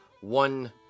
one